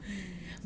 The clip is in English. mmhmm